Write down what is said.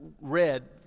read